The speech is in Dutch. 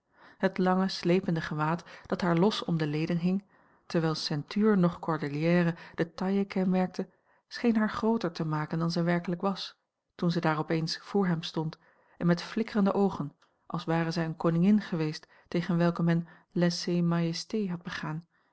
het lange slepende gewaad dat haar los om de leden hing terwijl eeintuur noch cordelière de taille kenmerkte scheen haar grooter te maken dan zij werkelijk was toen zij daar opeens voor hem stond en met flikkerende oogen als ware zij eene koningin geweest tegen welke men lèse majesté had begaan